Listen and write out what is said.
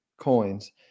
coins